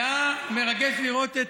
היה מרגש לראות,